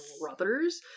brothers